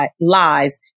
lies